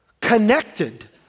connected